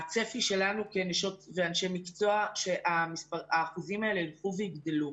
הצפי שלנו כנשות ואנשי מקצוע הוא שהאחוזים האלה ילכו ויגדלו.